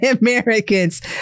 Americans